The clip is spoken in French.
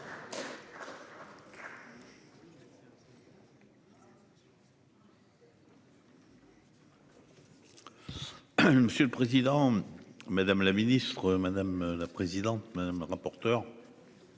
Monsieur le président, madame la ministre, madame la présidente madame rapporteur.